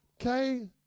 Okay